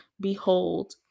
behold